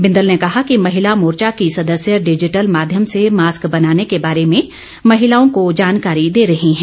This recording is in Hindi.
बिंदल ने कहा कि महिला मोर्चा की सदस्य डिजिटल माध्यम से मास्क बनाने के बारे में महिलाओं को जानकारी दे रही हैं